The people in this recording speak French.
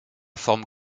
forme